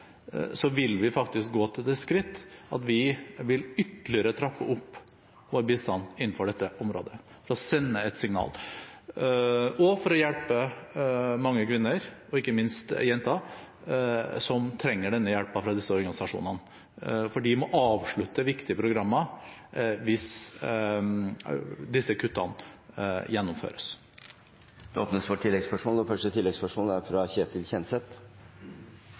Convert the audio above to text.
vil vi gå til det skritt ytterligere å trappe opp vår bistand innenfor dette området. Da sender vi et signal, også for å hjelpe mange kvinner og ikke minst jenter som trenger denne hjelpen fra disse organisasjonene, for de må avslutte viktige programmer hvis disse kuttene